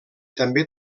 també